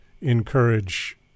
encourage